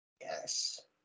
Yes